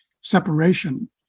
separation